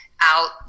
out